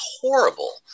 horrible